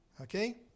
Okay